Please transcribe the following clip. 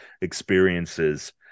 experiences